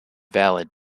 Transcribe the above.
valid